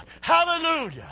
Hallelujah